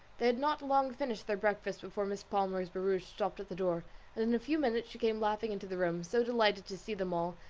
they had not long finished their breakfast before mrs. palmer's barouche stopped at the door, and in a few minutes she came laughing into the room so delighted to see them all,